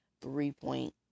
three-point